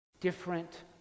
different